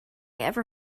ever